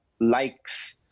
likes